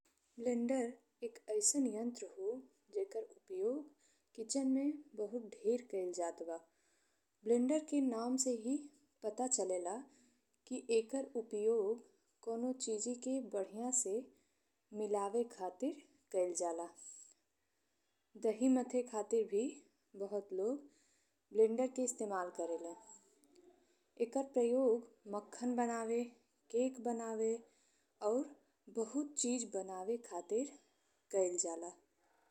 Blender एक अइसन यंत्र हो जेकर उपयोग किचन में बहुत ढेर कइल जात बा। ब्लेंडर के नाम से ही पता चलेला कि एकर उपयोग कउनो चीज़ी के बढिया से मिलावे खातिर कइल जाला। दही मथे खातिर भी बहुत लोग ब्लेंडर के इस्तेमाल करेले। एकर प्रयोग मक्खन बनावे, केक बनावे और बहुत चीज़ बनावे खातिर कइल जाला।